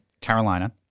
Carolina